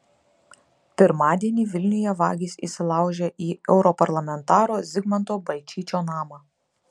pirmadienį vilniuje vagys įsilaužė į europarlamentaro zigmanto balčyčio namą